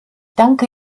danke